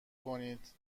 کنید